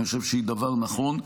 אני חושב שהיא דבר נכון,